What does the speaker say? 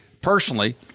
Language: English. personally